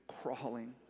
crawling